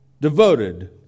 devoted